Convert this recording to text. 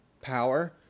power